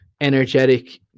energetic